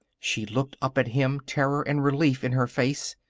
she looked up at him, terror and relief in her face.